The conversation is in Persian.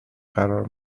قرار